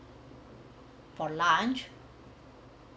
for lunch